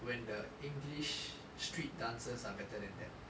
when the english street dances are better than that